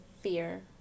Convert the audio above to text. fear